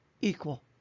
equal